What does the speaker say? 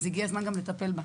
אז הגיע הזמן גם לטפל בה.